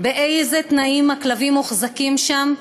באילו תנאים הכלבים מוחזקים שם.